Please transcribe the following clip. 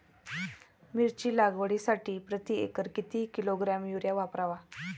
मिरची लागवडीसाठी प्रति एकर किती किलोग्रॅम युरिया वापरावा?